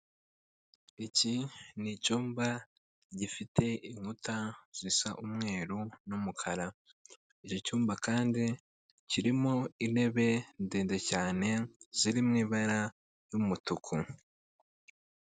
Iki ni icyumba gifite inkuta zisa umweru n'umukara, iki cyumba kandi kirimo intebe ndende cyane ziri mu ibara ry'umutuku.